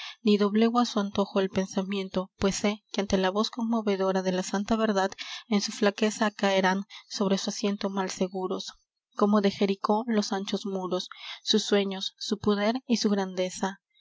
ni doblego á su antojo el pensamiento pues sé que ante la voz conmovedora de la santa verdad en su flaqueza caerán sobre su asiento mal seguros como de jericó los anchos muros sus sueños su poder y su grandeza